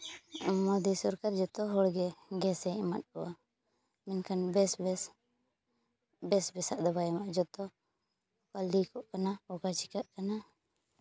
ᱢᱳᱫᱤ ᱥᱚᱨᱠᱟᱨ ᱡᱚᱛᱚ ᱦᱚᱲᱜᱮ ᱜᱮᱥ ᱮ ᱮᱢᱟᱜ ᱠᱚᱣᱟ ᱢᱮᱱᱠᱷᱟᱱ ᱵᱮᱥ ᱵᱮᱥ ᱵᱮᱥ ᱵᱮᱥᱟᱜ ᱫᱚ ᱵᱟᱭ ᱮᱢᱚᱜᱼᱟ ᱡᱚᱛᱚ ᱚᱠᱟ ᱞᱤᱠᱚᱜ ᱠᱟᱱᱟ ᱚᱠᱟ ᱪᱤᱠᱟᱹᱜ ᱠᱟᱱᱟ